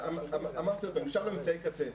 אמרתי, אישרנו אמצעי קצה.